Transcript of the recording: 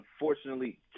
unfortunately